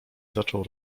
zaczął